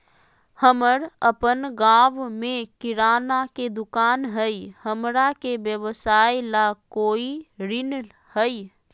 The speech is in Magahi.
हमर अपन गांव में किराना के दुकान हई, हमरा के व्यवसाय ला कोई ऋण हई?